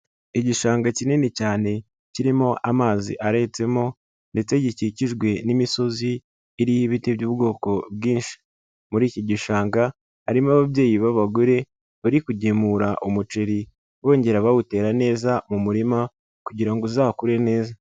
Igishanga kinini cyane kirimo amazi aretsemo ndetse gikikijwe n'imisozi, iriho ibiti by'ubwoko bwinshi. Muri iki gishanga, harimo ababyeyi b'abagore, bari kugemura umuceri, bongera bawutera neza mu murima kugira ngo uzakure neza.